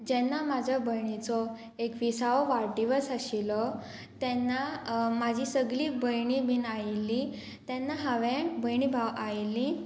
जेन्ना म्हाज्या भयणीचो एकवीसवो वाडदिवस आशिल्लो तेन्ना म्हाजी सगली भयणी बीन आयिल्ली तेन्ना हांवें भयणी भाव आयिल्ली